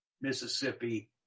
Mississippi